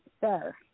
sir